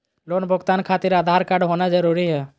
Loan भुगतान खातिर Aadhaar card होना जरूरी है?